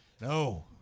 No